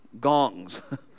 gongs